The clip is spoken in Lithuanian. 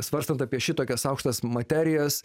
svarstant apie šitokias aukštas materijas